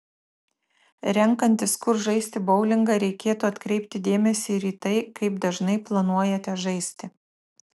renkantis kur žaisti boulingą reikėtų atkreipti dėmesį ir į tai kaip dažnai planuojate žaisti